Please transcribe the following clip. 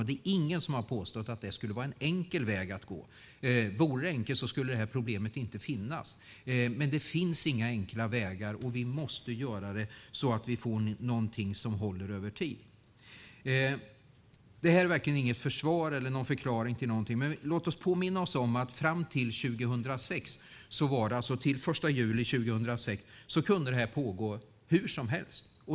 Det är ingen som har påstått att det skulle vara en enkel väg att gå. Vore det enkelt skulle problemet inte finnas. Men det finns inga enkla vägar, och vi måste göra det så att vi får något som håller över tid. Det här är verkligen inget försvar eller en förklaring till någonting, men låt oss påminna oss om att fram till den 1 juli 2006 kunde detta pågå hur som helst.